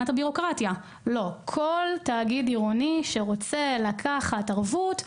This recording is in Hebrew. כל תאגיד עירוני שרוצה לקחת ערבות,